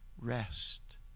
rest